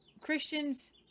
Christians